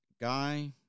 guy